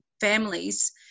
families